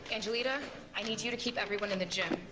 angelita i need you to keep everyone in the gym.